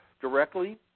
directly